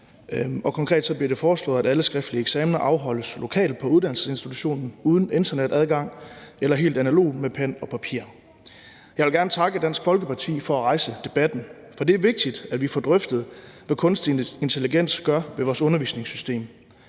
Konkret bliver det foreslået, at alle skriftlige eksamener afholdes lokalt på uddannelsesinstitutionen uden internetadgang eller helt analogt med pen og papir. Jeg vil gerne takke Dansk Folkeparti for at rejse debatten, for det er vigtigt, at vi får drøftet, hvad kunstig intelligens gør ved vores undervisningssystem.